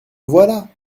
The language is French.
voilà